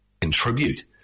contribute